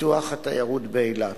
פיתוח התיירות באילת.